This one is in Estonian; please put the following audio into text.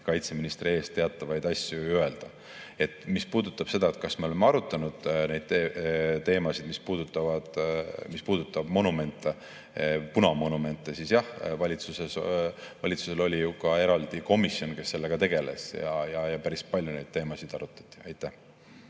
kaitseministri eest teatavaid asju öelda. Mis puudutab seda, kas me oleme arutanud neid teemasid, mis puudutavad punamonumente, siis jah, valitsusel oli ju ka eraldi komisjon, kes sellega tegeles, ja päris palju neid teemasid arutati.